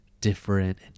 different